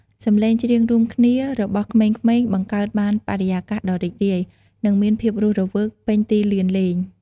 សំឡេងច្រៀងរួមគ្នារបស់ក្មេងៗបង្កើតបាន បរិយាកាសដ៏រីករាយ និងមានភាពរស់រវើក ពេញទីលានលេង។